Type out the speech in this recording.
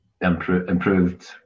improved